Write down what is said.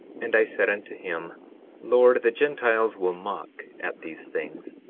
and i said unto him lord, the gentiles will mock at these things,